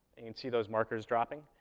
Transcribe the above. you can see those markers dropping.